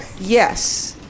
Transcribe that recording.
Yes